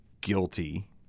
guilty